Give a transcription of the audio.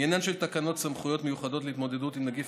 עניינן של תקנות סמכויות מיוחדות להתמודדות עם נגיף